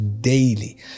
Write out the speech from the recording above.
daily